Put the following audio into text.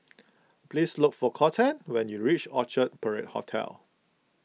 please look for Kolten when you reach Orchard Parade Hotel